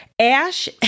Ash